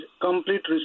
complete